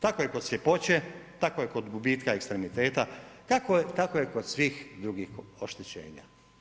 Tako je kod sljepoće, tako je kod gubitka ekstremiteta, tako je kod svih drugih oštećenja.